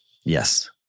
Yes